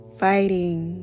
fighting